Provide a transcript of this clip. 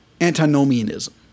antinomianism